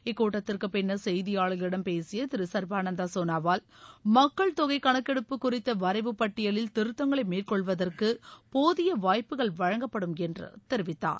இக்கூட்டத்திற்கு பின்னர் செய்தியாளர்களிடம் பேசிய திரு சர்பானந்தா சோனாவால் மக்கள் தொகை கணக்கெடுப்பு குறித்த வரைவு பட்டியலில் திருத்தங்களை மேற்கொள்வதற்கு போதிய வாய்ப்புகள் வழங்கப்படும் என்று தெரிவித்தார்